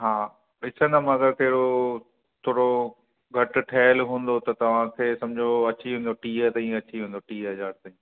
हा ॾिसंदुमि अगरि कहिड़ो थोरो घटि ठहियलु हूंदो त तव्हांखे सम्झो अची वेंदो टीह ताईं अची वेंदो टीह हज़ार ताईं